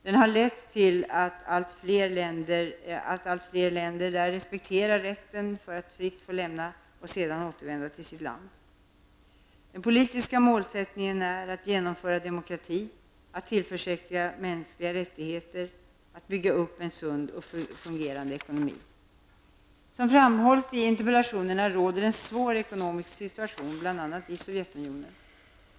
Den har lett till att allt fler länder där respekterar rätten att fritt få lämna och sedan återvända till sitt land. Den politiska målsättningen är att genomföra demokrati, att tillförsäkra mänskliga rättigheter och att bygga upp en sund och fungerande ekonomi. Som framhålls i interpellationerna råder en svår ekonomisk situation i bl.a. Sovjetunionen.